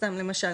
סתם למשל,